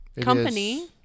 company